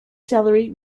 celery